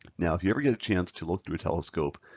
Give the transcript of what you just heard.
now if you ever get a chance to look through a telescope